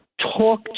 talk